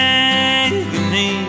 agony